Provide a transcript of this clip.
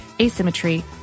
asymmetry